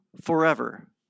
forever